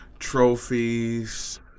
Trophies